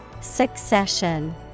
Succession